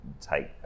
take